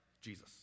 Jesus